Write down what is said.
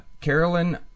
Carolyn